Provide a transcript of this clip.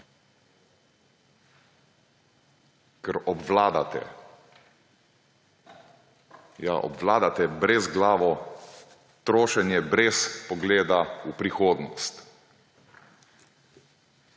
ker obvladate. Ja, obvladate brezglavo trošenje brez pogleda v prihodnost.